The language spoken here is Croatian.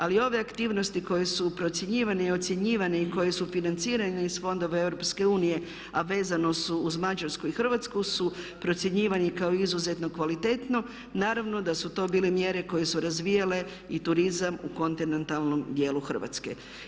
Ali ove aktivnosti koje su procjenjivane i ocjenjivane i koje su financirane iz fondova EU a vezano uz Mađarsku i Hrvatsku su procjenjivani kao izuzetno kvalitetno, naravno da su to bile mjere koje su razvijale i turizam u kontinentalnom djelu Hrvatske.